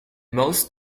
most